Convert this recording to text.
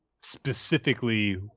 specifically